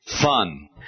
fun